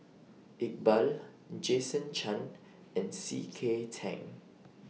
Iqbal Jason Chan and C K Tang